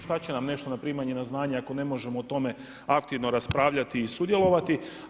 Šta će nam nešto na primanje na znanje ako ne možemo o tome aktivno raspravljati i sudjelovati.